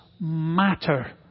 matter